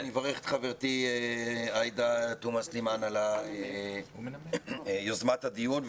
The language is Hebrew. אני מברך את חברתי עאידה תומא סלימאן על יוזמת הדיון.